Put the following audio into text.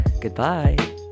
goodbye